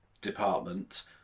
department